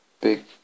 big